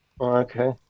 okay